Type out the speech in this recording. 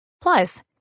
Plus